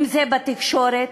אם בתקשורת,